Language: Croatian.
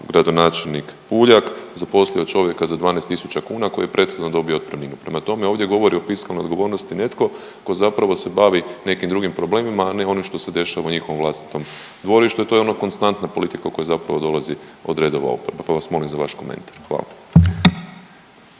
gradonačelnik PUljak zaposlio čovjeka za 12.000 kuna koji je prethodno dobio otpremninu. Prema tome, ovdje govori o fiskalnoj odgovornosti netko tko zapravo se bavi nekim drugim problemima, a ne ono što se dešava u njihovom vlastitom dvorištu, a to je ona konstantna politika u koju zapravo dolazi od redova oporbe, pa vas molim za vaš komentar. Hvala.